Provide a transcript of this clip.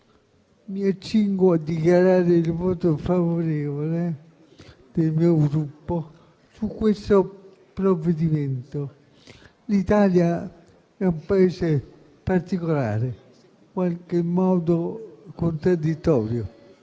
mi accingo a dichiarare il voto favorevole del Gruppo sul provvedimento in esame. L'Italia è un Paese particolare, in qualche modo contraddittorio.